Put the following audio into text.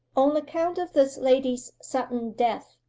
on account of this lady's sudden death,